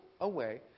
away